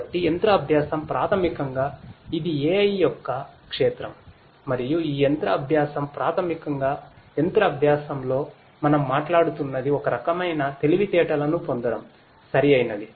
కాబట్టి యంత్ర అభ్యాసం ప్రాథమికంగా ఇది AI యొక్క క్షేత్రం మరియు ఈ యంత్ర అభ్యాసం ప్రాథమికంగా యంత్ర అభ్యాసంలో మనం మాట్లాడుతున్నది ఒకరకమైన తెలివితేటలను పొందడం సరియైనది